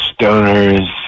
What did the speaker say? stoners